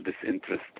disinterest